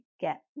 get